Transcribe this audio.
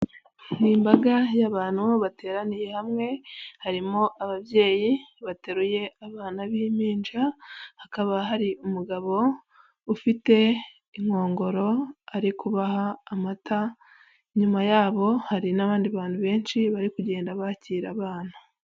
Ni imbaga y'abantu bateraniye hamwe, harimo ababyeyi bateruye abana b'impinja hakaba hari umugabo ufite inkongoro ari kubaha amata, nyuma yabo hari n'abandi bantu benshi bari kugenda bakira abana.